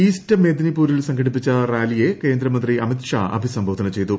east മെദ്നിപുരിൽ സംഘടിപ്പിച്ച റാലിയെ കേന്ദ്ര മന്ത്രി അമിത്ഷാ അഭിസംബോധന ചെയ്തു